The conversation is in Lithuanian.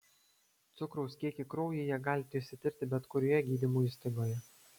cukraus kiekį kraujyje galite išsitirti bet kurioje gydymo įstaigoje